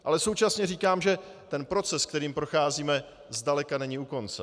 Ale současně říkám, že ten proces, kterým procházíme, zdaleka není u konce.